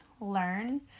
learn